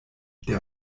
der